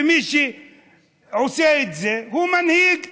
ומי שעושה את זה הוא מנהיג טרור.